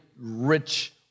rich